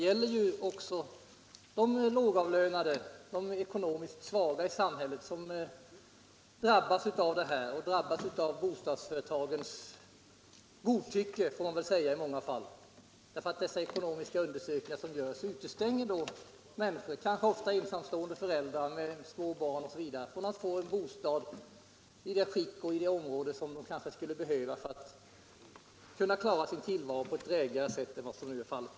Även de lågavlönade, de ekonomiskt svaga i samhället, drabbas av bostadsföretagens godtycke; det får man i många fall kalla det. De ekonomiska undersökningar som görs utestänger människor, kanske ofta ensamstående föräldrar med små barn, från att få en bostad i det skick och i det område de skulle behöva för att kunna klara sin tillvaro på ett drägligare sätt än vad som nu är fallet.